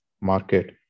market